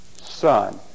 son